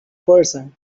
percent